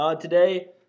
today